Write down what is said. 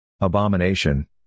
Abomination